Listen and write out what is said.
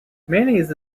mayonnaise